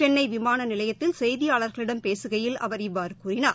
சென்னைவிமானநிலையத்தில் செய்தியாளா்களிடம் பேசுகையில் அவா் இவ்வாறுகூறினார்